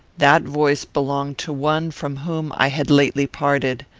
that voice belonged to one from whom i had lately parted.